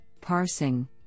parsing